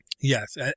Yes